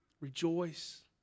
Rejoice